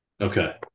Okay